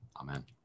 Amen